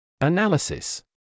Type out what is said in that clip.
Analysis